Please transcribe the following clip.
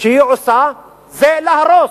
שהיא עושה זה להרוס.